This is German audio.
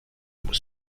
muss